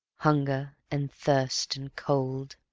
hunger and thirst and cold